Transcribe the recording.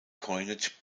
coinage